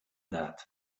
that